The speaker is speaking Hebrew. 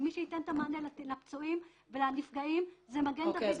מי שייתן את המענה לפצועים ולנפגעים הוא מגן דוד אדום -- אוקיי,